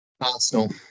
Arsenal